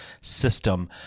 system